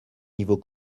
niveau